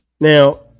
Now